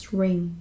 ring